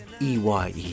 EYE